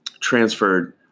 transferred